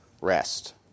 Rest